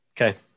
Okay